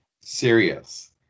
serious